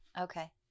Okay